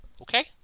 okay